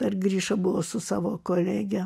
dar gryša buvo su savo kolege